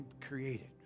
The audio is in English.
created